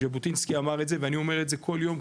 ז'בוטינסקי אמר את זה ואני אומר את זה כל יום,